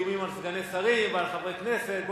מאיומים על סגני שרים ועל חברי כנסת.